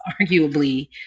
arguably